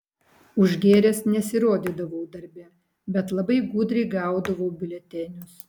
užgėręs nesirodydavau darbe bet labai gudriai gaudavau biuletenius